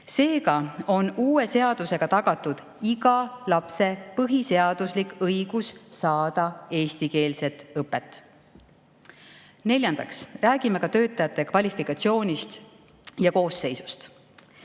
Seega on uue seadusega tagatud iga lapse põhiseaduslik õigus saada eestikeelset õpet. Neljandaks räägime töötajate kvalifikatsioonist ja koosseisust.